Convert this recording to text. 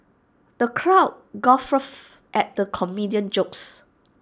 the crowd guffawed at the comedian's jokes